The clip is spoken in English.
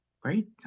great